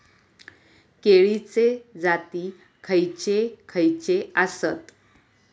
केळीचे जाती खयचे खयचे आसत?